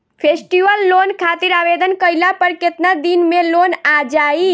Festival loan खातिर आवेदन कईला पर केतना दिन मे लोन आ जाई?